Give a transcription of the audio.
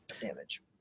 damage